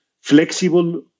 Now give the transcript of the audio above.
flexible